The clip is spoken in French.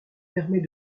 permet